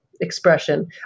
expression